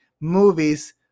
movies